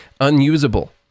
unusable